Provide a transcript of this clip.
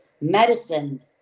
medicine